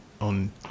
on